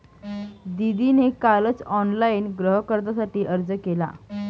दीदीने कालच ऑनलाइन गृहकर्जासाठी अर्ज केला